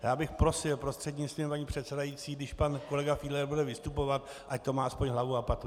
Já bych prosil prostřednictvím paní předsedající, když pan kolega Fiedler bude vystupovat, ať to má aspoň hlavu a patu.